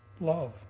love